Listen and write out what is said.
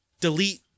delete